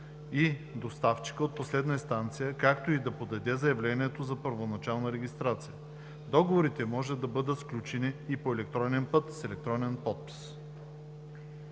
с доставчика от последна инстанция, както и да подаде заявлението за първоначална регистрация. Договорите може да бъдат сключени и по електронен път с електронен подпис.“